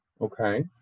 Okay